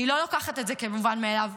אני לא לוקחת את זה כמובן מאליו.